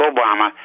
Obama